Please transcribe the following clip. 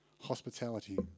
hospitality